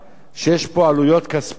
שיש פה עלויות כספיות.